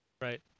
Right